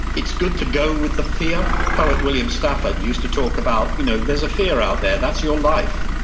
it's good to go with the fear. poet william stafford used to talk about, you know there's a fear out there. that's your life.